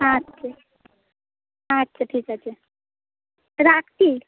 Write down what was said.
আচ্ছা আচ্ছা ঠিক আছে রাখছি